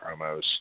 promos